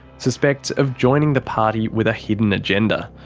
suspects of joining the party with a hidden agenda.